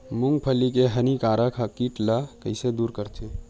मूंगफली के हानिकारक कीट ला कइसे दूर करथे?